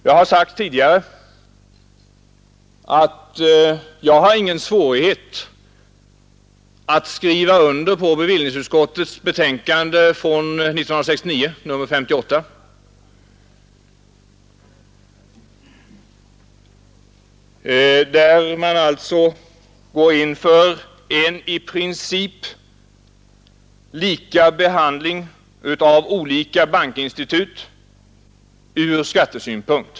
Jag har sagt tidigare, att jag har ingen svårighet att skriva under på bevillningsutskottets betänkande nr 58 år 1969, där man alltså går in för en i princip lika behandling av olika bankinstitut ur skattesynpunkt.